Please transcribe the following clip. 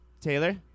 Taylor